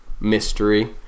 mystery